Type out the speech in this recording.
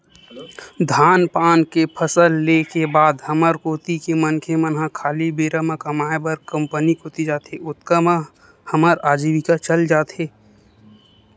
धान पान के फसल ले के बाद हमर कोती के मनखे मन ह खाली बेरा म कमाय बर कंपनी कोती जाथे, ओतका म हमर अजीविका चल जाथे